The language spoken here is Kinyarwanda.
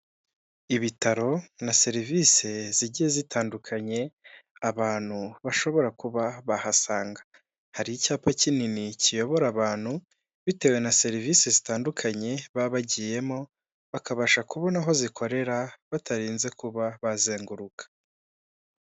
Ibitaro na serivisi zigiye zitandukanye abantu bashobora kuba bahasanga, hari icyapa kinini kiyobora abantu bitewe na serivisi zitandukanye baba bagiyemo bakabasha kubona aho zikorera batarinze kuba bazenguruka.